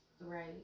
Right